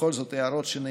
בכל זאת, לגבי הערות שנאמרו.